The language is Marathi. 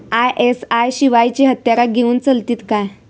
आय.एस.आय शिवायची हत्यारा घेऊन चलतीत काय?